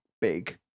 big